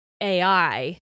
AI